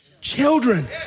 children